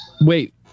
Wait